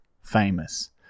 Famous